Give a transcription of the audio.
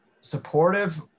supportive